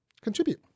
contribute